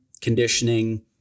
conditioning